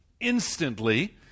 instantly